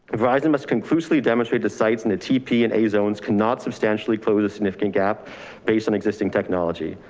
visor must conclusively demonstrate the sites and the tp and a zones can not substantially close a significant gap based on existing technology,